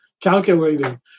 calculating